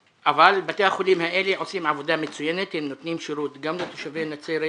בתי החולים האלה עושים עבודה מצוינת ונותנים שירות גם לתושבי נצרת